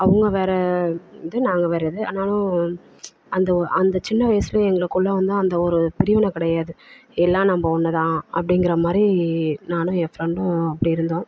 அவங்க வேறு இது நாங்கள் வேறு இது ஆனாலும் அந்த ஒ அந்த சின்ன வயசுலேயே எங்களுக்குள்ள வந்து அந்த ஒரு பிரிவினை கிடையாது எல்லாம் நம்ம ஒன்று தான் அப்படிங்கிற மாதிரி நானும் என் ஃப்ரெண்டும் அப்படி இருந்தோம்